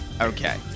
Okay